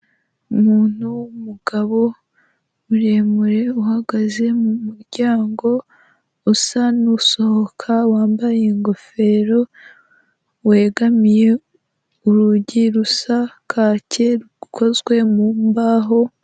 Umuntu w'umugabo muremure uhagaze mumuryango usa nusohoka wambaye ingofero wegamiye urugi rusa kake rukozwe mu mbaho.